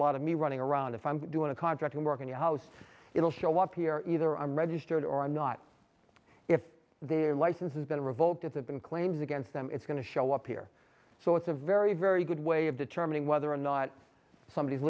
lot of me running around if i'm doing a contracting work in your house it'll show up here either i'm registered or i'm not if their licenses been revoked it's been claims against them it's going to show up here so it's a very very good way of determining whether or not somebody